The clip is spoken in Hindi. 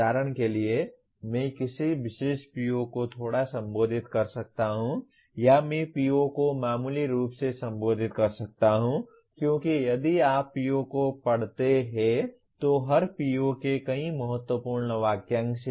उदाहरण के लिए मैं किसी विशेष PO को थोड़ा संबोधित कर सकता हूं या मैं PO को मामूली रूप से संबोधित कर सकता हूं क्योंकि यदि आप PO को पढ़ते हैं तो हर PO के कई महत्वपूर्ण वाक्यांश हैं